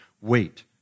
Wait